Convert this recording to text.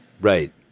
Right